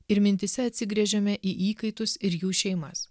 ir mintyse atsigręžiame į įkaitus ir jų šeimas